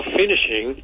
finishing